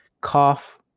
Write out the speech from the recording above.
cough